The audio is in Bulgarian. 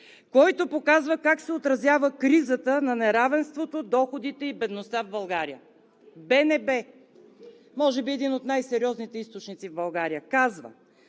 който показва как се отразява кризата на неравенството, доходите и бедността в България. БНБ – може би един от най-сериозните източници в България, казва,